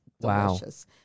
delicious